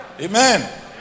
Amen